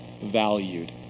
valued